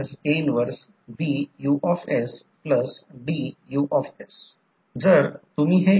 E1 आणि E2 voltage मुळात म्हणू शकतो की हे या आयडियल ट्रान्सफॉर्मरमधील व्होल्टेज आहे